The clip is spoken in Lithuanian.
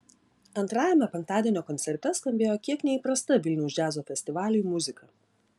antrajame penktadienio koncerte skambėjo kiek neįprasta vilniaus džiazo festivaliui muzika